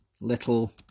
little